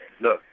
look